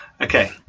Okay